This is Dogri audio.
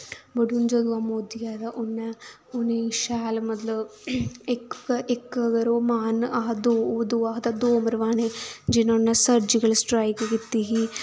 बट जदूं दा मोदी आए दा उन्नै उ'नेंगी शैल मतलब इक अगर ओह् मारन अह दो ओह् दो आखदा दो मरवाने जियां उन्नै सर्जकिल स्ट्राईक कीती ही